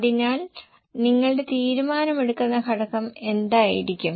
അതിനാൽ നിങ്ങളുടെ തീരുമാനമെടുക്കുന്ന ഘടകം എന്തായിരിക്കും